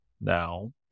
now